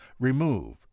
Remove